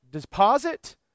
deposit